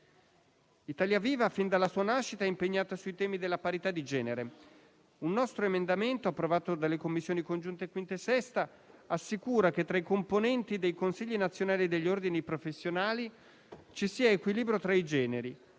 Italia Viva-PSI è impegnata sui temi della parità di genere. Un nostro emendamento, approvato dalle Commissioni riunite 5a e 6a, assicura che tra i componenti dei consigli nazionali degli ordini professionali ci sia equilibrio tra i generi.